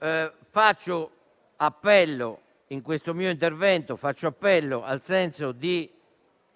invece appello, in questo mio intervento, al senso di